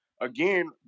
again